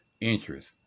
interest